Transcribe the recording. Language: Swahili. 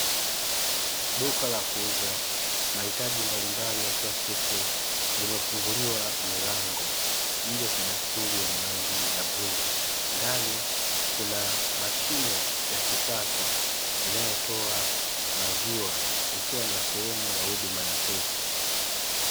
Duka la kuuza mahitaji mbalimbali ya kila siku limefunguliwa milango. nje kuna stuli yenye rangi ya bluu, ndani kuna mashine ya kisasa inayotoa maziwa ikiwa na sehemu ya huduma ya pesa.